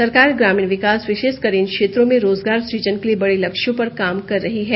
सरकार ग्रामीण विकास विशेषकर इन क्षेत्रों में रोजगार सुजन के लिए बड़े लक्ष्यों पर काम कर रही है